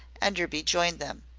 enderby joined them.